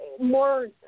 more